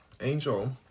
Angel